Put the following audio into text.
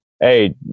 hey